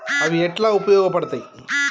అవి ఎట్లా ఉపయోగ పడతాయి?